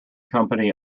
company